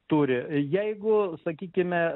turi jeigu sakykime